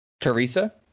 Teresa